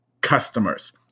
customers